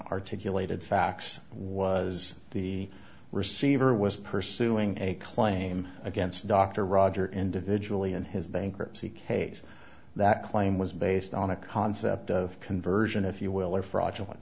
articulated facts was the receiver was pursuing a claim against dr roger individually in his bankruptcy case that claim was based on a concept of conversion if you will or fraudulent